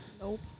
Nope